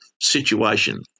situation